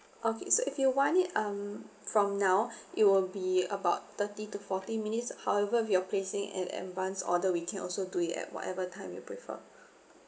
okay so if you want it um from now it will be about thirty to forty minutes however if you're placing an advance order we can also do it at whatever time you prefer